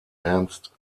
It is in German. ernst